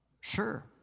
Sure